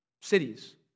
cities